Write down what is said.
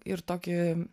ir tokį